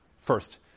First